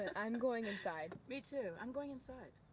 and i'm going inside. me too. i'm going inside.